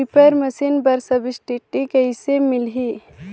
Reaper machine बर subsidy कइसे मिलही?